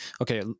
okay